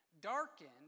Darkened